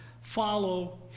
follow